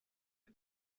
del